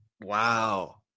Wow